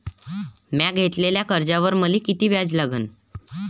म्या घेतलेल्या कर्जावर मले किती व्याज लागन?